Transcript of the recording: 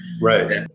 right